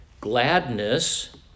gladness